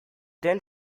then